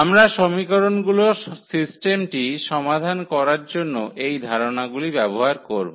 আমরা সমীকরণগুলির সিস্টেমটি সমাধান করার জন্য এই ধারণাগুলি ব্যবহার করব